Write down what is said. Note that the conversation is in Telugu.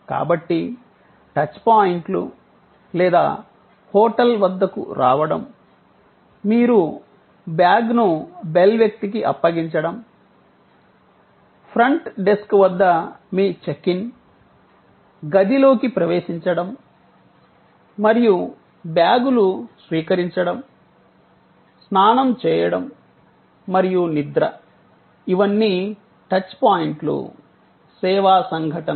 కాబట్టి టచ్ పాయింట్లు లేదా హోటల్ వద్దకు రావడం మీరు బ్యాగ్ను బెల్ వ్యక్తికి అప్పగించడం ఫ్రంట్ డెస్క్ వద్ద మీ చెక్ ఇన్ గదిలోకి ప్రవేశించడం మరియు బ్యాగులు స్వీకరించడం స్నానం చేయడం మరియు నిద్ర ఇవన్నీ టచ్ పాయింట్లు సేవా సంఘటనలు